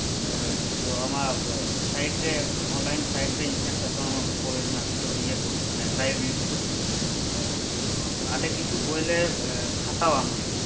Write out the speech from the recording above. ᱮᱻ ᱛᱚ ᱟᱢᱟᱜ ᱥᱟᱭᱤᱴ ᱨᱮ ᱚᱱᱞᱟᱭᱤᱱ ᱥᱟᱭᱤᱴ ᱨᱮᱧ ᱧᱮᱞ ᱠᱟᱫ ᱛᱟᱢᱟ ᱵᱳᱭ ᱨᱮᱱᱟᱜ ᱥᱴᱚᱞ ᱤᱭᱟᱹ ᱠᱚ ᱢᱟᱱᱮ ᱞᱟᱭᱵᱮᱨᱤᱡᱽ ᱠᱚ ᱟᱨ ᱛᱚ ᱟᱞᱮ ᱠᱤᱪᱷᱩ ᱵᱳᱭ ᱞᱮ ᱮᱻ ᱦᱟᱛᱟᱣᱟ ᱟᱢ ᱴᱷᱮᱡ ᱠᱷᱚᱱ